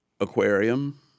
aquarium